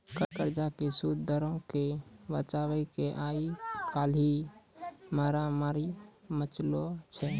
कर्जा के सूद दरो के बचाबै के आइ काल्हि मारामारी मचलो छै